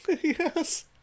Yes